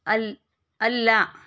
ಅಲ್ಲ ಅಲ್ಲ